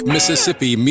Mississippi